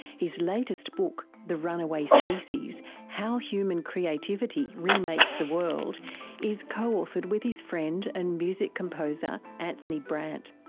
his latest book the runaway species how human creativity remakes the world is co-authored with his friend and music composer anthony brandt.